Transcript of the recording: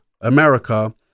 America